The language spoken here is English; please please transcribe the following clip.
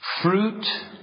Fruit